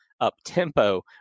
up-tempo